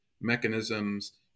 mechanisms